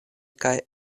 kaj